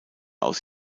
aus